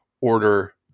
order